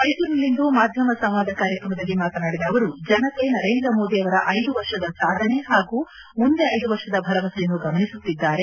ಮೈಸೂರಿನಲ್ಲಿಂದು ಮಾಧ್ಯಮ ಸಂವಾದ ಕಾರ್ಯಕ್ರಮದಲ್ಲಿ ಮಾತನಾದಿದ ಅವರು ಜನತೆ ನರೇಂದ್ರ ಮೋದಿ ಅವರ ಐದು ವರ್ಷದ ಸಾಧನೆ ಹಾಗೂ ಮುಂದೆ ಐದು ವರ್ಷದ ಭರವಸೆಯನ್ನ ಗಮನಿಸುತ್ತಿದ್ದಾರೆ